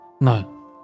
No